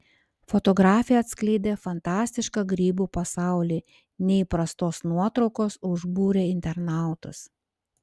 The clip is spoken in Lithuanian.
fotografė atskleidė fantastišką grybų pasaulį neįprastos nuotraukos užbūrė internautus